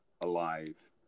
alive